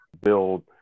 build